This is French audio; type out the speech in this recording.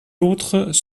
autres